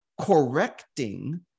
correcting